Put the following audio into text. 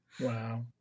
Wow